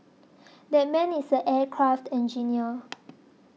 that man is an aircraft engineer